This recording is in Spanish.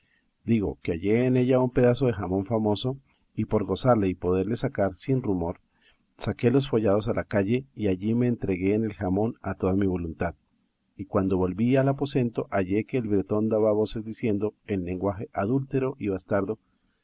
digo que hallé en ella un pedazo de jamón famoso y por gozarle y poderle sacar sin rumor saqué los follados a la calle y allí me entregué en el jamón a toda mi voluntad y cuando volví al aposento hallé que el bretón daba voces diciendo en lenguaje adúltero y bastardo